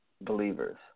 believers